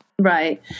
Right